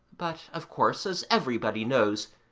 but, of course, as everybody knows,